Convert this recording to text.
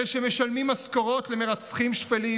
אלה שמשלמים משכורות למרצחים שפלים,